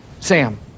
Sam